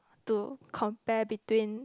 to compare between